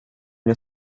jag